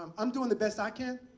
um i'm doing the best i can.